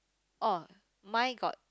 oh mine got